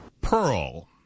pearl